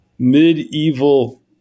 medieval